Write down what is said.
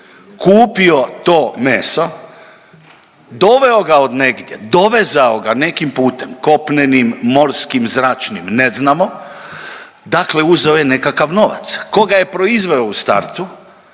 kupio to meso, doveo ga od negdje, dovezao ga nekim putem, kopnenim, morskim, zračnim, ne znamo, dakle uzeo je nekakav novac, tko ga je proizveo u startu,